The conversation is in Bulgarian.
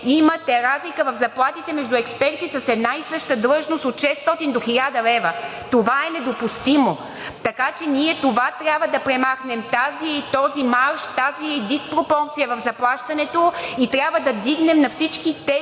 имате разлика в заплатите между експерти с една и съща длъжност от 600 до 1000 лв. Това е недопустимо. Така че ние трябва да премахнем това – този марш, тази диспропорция в заплащането, и трябва да вдигнем заплатите,